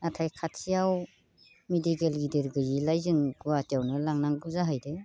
नाथाय खाथियाव मेडिकेल गिदिर गैयिलाय जों गुवाहाटियावनो लांनांगौ जाहैदो